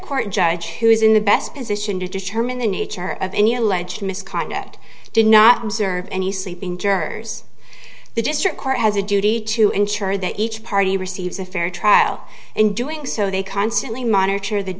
court judge who is in the best position to determine the nature of any alleged misconduct did not observe any sleeping jurors the district court has a duty to ensure that each party receives a fair trial and doing so they constantly monitor the